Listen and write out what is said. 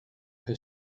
her